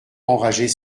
enrager